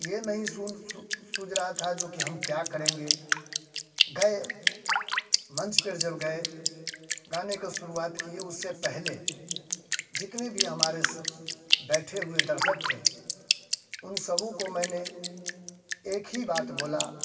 ये नहीं सूझ रहा था जो कि हम क्या करेंगे गए मंच पर जब गए गाने की शुरुआत किए उससे पहले जितने भी हमारे बैठे हुए दर्शक थे उन सभी को मैंने एक ही बात बोला